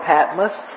Patmos